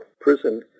prison